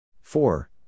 Four